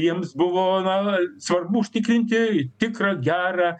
jiems buvo na svarbu užtikrinti tikrą gerą